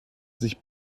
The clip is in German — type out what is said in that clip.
sich